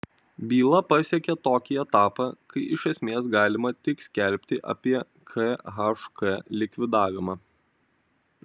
byla pasiekė tokį etapą kai iš esmės galima tik skelbti apie khk likvidavimą